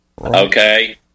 Okay